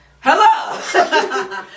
hello